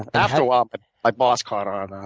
after a while but my boss caught on ah